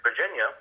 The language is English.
Virginia